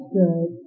good